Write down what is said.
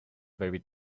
very